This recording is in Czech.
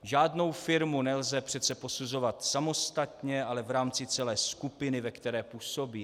Žádnou firmu nelze přece posuzovat samostatně, ale v rámci celé skupiny, ve které působí.